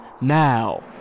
now